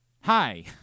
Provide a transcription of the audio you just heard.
Hi